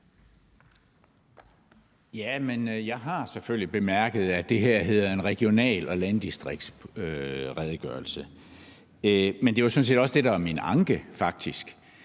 Jeg har selvfølgelig bemærket, at det her hedder en regional- og landdistriktsredegørelse, men det er sådan set også det, der er min anke, altså